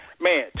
Man